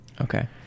Okay